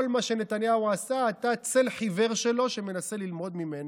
כל מה שנתניהו עשה, אתה צל חיוור שלו שמנסה ללמוד ממנו.